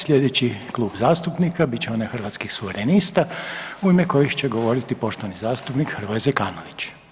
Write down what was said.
Sljedeći Klub zastupnika bit će onaj Hrvatskih suverenista u ime kojeg će govoriti poštovani zastupnik Hrvoje Zekanović.